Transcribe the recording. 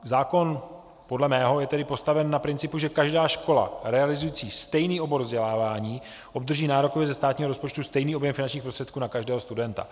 Zákon je tedy podle mého postaven na principu, že každá škola realizující stejný obor vzdělávání obdrží nárokově ze státního rozpočtu stejný objem finančních prostředků na každého studenta.